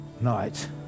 night